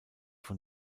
von